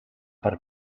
per